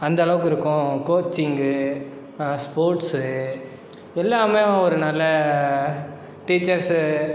அந்தளவுக்கு இருக்கும் coaching sports எல்லாமே ஒரு நல்ல டீச்சர்ஸு